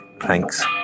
Thanks